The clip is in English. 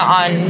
on